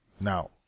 Now